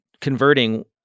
converting